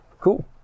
cool